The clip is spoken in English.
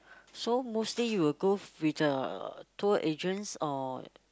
so mostly you will go with the tour agents or